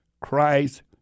Christ